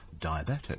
diabetic